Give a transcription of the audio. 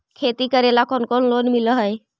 खेती करेला कौन कौन लोन मिल हइ?